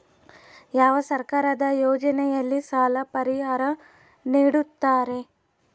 ಯಾವ ಸರ್ಕಾರದ ಯೋಜನೆಯಲ್ಲಿ ಸಾಲ ಪರಿಹಾರ ನೇಡುತ್ತಾರೆ?